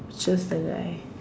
just the guy